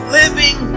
living